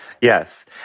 yes